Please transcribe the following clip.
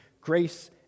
Grace